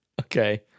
Okay